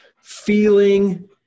feeling